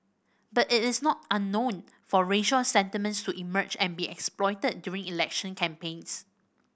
but it is not unknown for racial sentiments to emerge and to be exploited during election campaigns